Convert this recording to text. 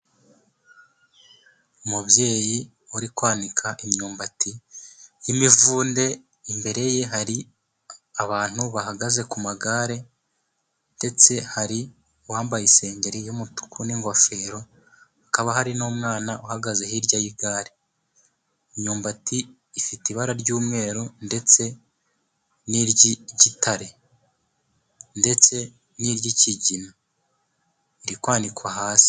Umubyeyi uri kwanika imyumbati y'imivunde, imbere ye hari abantu bahagaze ku magare ndetse hari uwambaye isengeri y'umutuku n'ingofero, hakaba hari n'umwana uhagaze hirya y'igare. Imyumbati ifite ibara ry'umweru ndetse n'iry'igitare ndetse n'iry'ikigina, iri kwanikwa hasi.